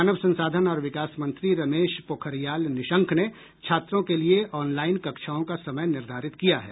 मानव संसाधन और विकास मंत्री रमेश पोखरियाल निशंक ने छात्रों के लिए ऑनलाइन कक्षाओं का समय निर्धारित किया है